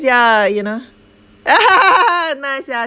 ya you know nice ya